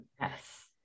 Yes